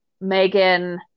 Megan